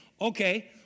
Okay